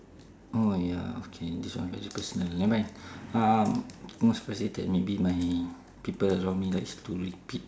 oh ya okay this one very personal never mind um most frustrated maybe my people around me likes to repeat